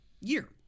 year